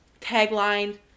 tagline